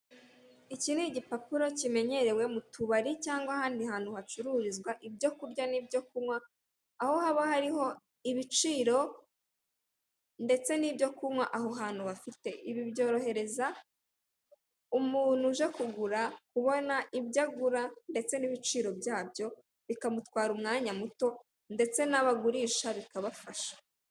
Iki ni igipapuro kimenyerewe mu tubari cyangwa ahandi hacururizwa ibyo kurya n'ibyo kunywa aho haba hariho ibiciro ndetse n'ibyo kunywa aho hantu bafite ibi byorohereza umuntu uje kugura kubona ibyo agura ndetse n'ibiciro byabyo bikamutwara umwanya muto ndetse nawe agurisha bikabafasha.